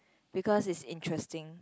because it's interesting